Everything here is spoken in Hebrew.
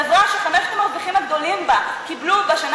חברה שחמשת המרוויחים בה קיבלו בשנה